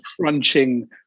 crunching